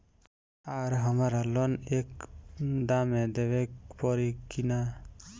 आर हमारा लोन एक दा मे देवे परी किना?